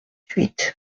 huit